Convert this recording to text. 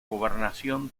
gobernación